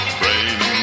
brain